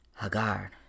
Hagar